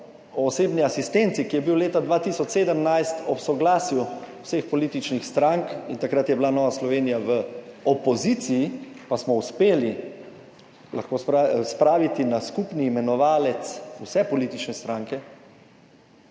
o osebni asistenci, ki je bil leta 2017 ob soglasju vseh političnih strank, in takrat je bila Nova Slovenija v opoziciji pa smo uspeli spraviti na skupni imenovalec vse politične stranke